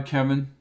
Kevin